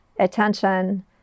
attention